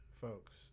folks